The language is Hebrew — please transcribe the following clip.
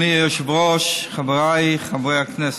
אדוני היושב-ראש, חבריי חברי הכנסת,